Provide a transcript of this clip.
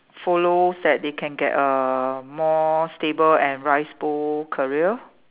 follows that they can get a more stable and rice bowl career